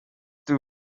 too